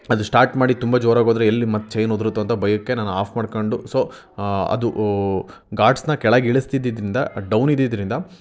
ಅದು ಸ್ಟಾರ್ಟ್ ಮಾಡಿ ತುಂಬ ಜೋರಾಗಿ ಹೋದರೆ ಎಲ್ಲಿ ಮತ್ತೆ ಚೈನ್ ಉದುರುತ್ತೋ ಅಂತ ಭಯಕ್ಕೆ ನಾನು ಆಫ್ ಮಾಡ್ಕೊಂಡು ಸೊ ಅದು ಘಾಟ್ಸ್ನ ಕೆಳಗೆ ಇಳಿಸ್ತಿದ್ದಿದ್ರಿಂದ ಡೌನ್ ಇದ್ದಿದ್ದರಿಂದ